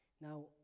Now